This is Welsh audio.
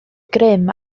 grym